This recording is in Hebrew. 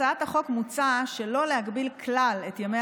בהצעת החוק מוצע שלא להגביל כלל את ימי